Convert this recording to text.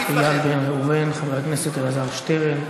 אתה מעדיף, קרוב או רחוק?